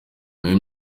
nyuma